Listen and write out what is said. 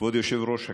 כבוד יושב-ראש הכנסת,